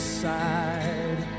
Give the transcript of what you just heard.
side